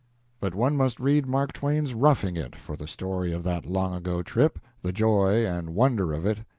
but one must read mark twain's roughing it for the story of that long-ago trip the joy and wonder of it,